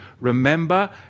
remember